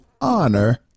honor